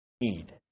need